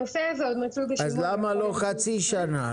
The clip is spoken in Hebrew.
הנושא עוד מצוי בשימוע --- אז למה חצי שנה?